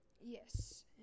Yes